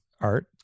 Art